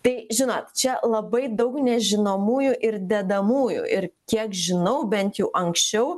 tai žinot čia labai daug nežinomųjų ir dedamųjų ir kiek žinau bent jau anksčiau